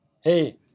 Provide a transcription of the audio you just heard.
Hey